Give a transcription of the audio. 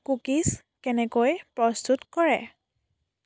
cookies কেনেকৈ প্ৰস্তুত কৰে